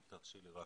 אם תרשי לי רק